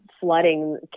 flooding